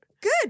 Good